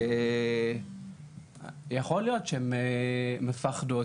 יכול להיות שהן מפחדות,